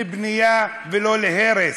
לבנייה, ולא להרס,